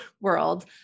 world